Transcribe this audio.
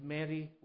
Mary